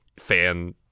fan